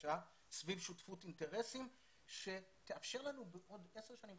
חדשה סביב שותפות אינטרסים שתאפשר לנו בעוד עשר שנים,